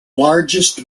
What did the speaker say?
largest